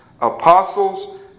apostles